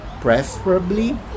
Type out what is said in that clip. preferably